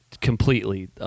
completely